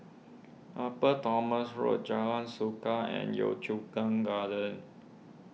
Upper Thomson Road Jalan Suka and Yio Chu Kang Gardens